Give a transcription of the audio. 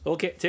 Okay